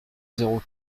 zéro